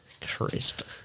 Crisp